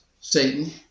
Satan